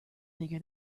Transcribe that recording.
bigger